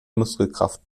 muskelkraft